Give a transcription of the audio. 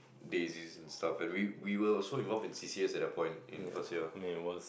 busy in stuff and we we were also involve in C_C_A at the point in first year